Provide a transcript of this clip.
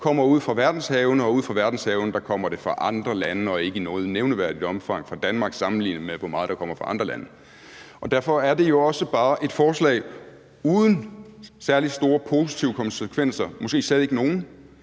kommer ude fra verdenshavene, og ude fra verdenshavene kommer det fra andre lande og ikke i noget nævneværdigt omfang fra Danmark, altså sammenlignet med hvor meget der kommer fra andre lande. Derfor er det jo også bare et forslag uden særlig store positive konsekvenser, måske slet ikke nogen,